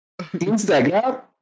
Instagram